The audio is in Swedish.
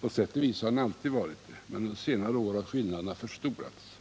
På sätt och vis har den alltid varit det, men under senare år har skillnaderna förstorats.